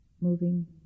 moving